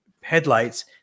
headlights